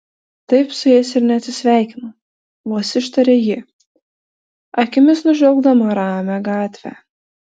taip su jais ir neatsisveikinau vos ištarė ji akimis nužvelgdama ramią gatvę